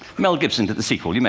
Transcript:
mel gibson did the sequel, you know